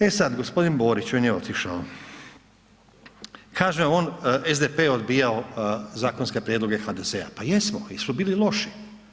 E sad g. Borić, on je otišao, kaže on SDP je odbijao zakonske prijedloge HDZ-a, pa jesmo jer su bili loši.